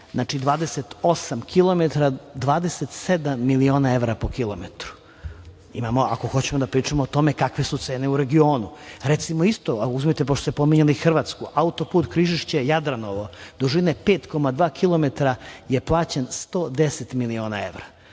28 km, 27 miliona evra po kilometru. Ako hoćemo da pričamo o tome kakve su cene u regionu. Recimo, isto, uzmite pošto ste spominjali Hrvatsku, auto-put Križišće – Jadranovo dužine 5,2 km je plaćen 110 miliona evra,